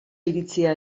iritzia